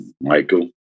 michael